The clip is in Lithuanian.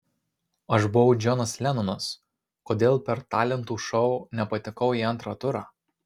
aš buvau džonas lenonas kodėl per talentų šou nepatekau į antrą turą